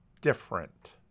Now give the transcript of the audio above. different